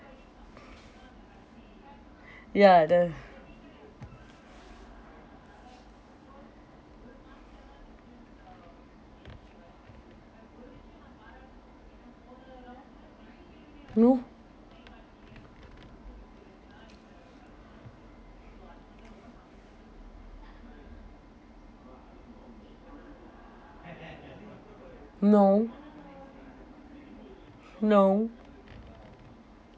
ya the no no no